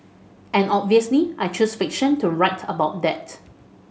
and obviously I choose fiction to write about that